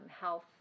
Health